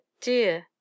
dear